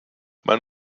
man